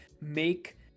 make